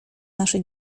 nasze